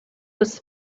was